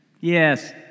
Yes